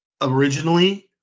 originally